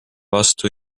vastu